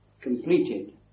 completed